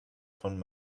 von